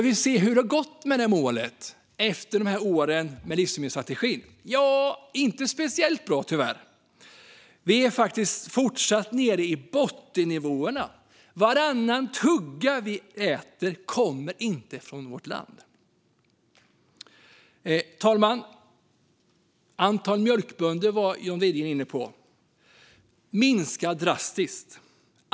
Hur har det gått med det målet efter de här åren med livsmedelsstrategin? Inte speciellt bra, tyvärr. Vi är faktiskt fortsatt nere i bottennivåer. Varannan tugga vi äter kommer inte från vårt land. Fru talman! John Widegren var inne på antalet mjölkbönder, som minskar drastiskt.